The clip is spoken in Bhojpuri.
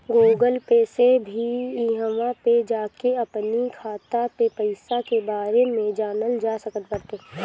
गूगल पे से भी इहवा पे जाके अपनी खाता के पईसा के बारे में जानल जा सकट बाटे